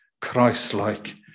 Christ-like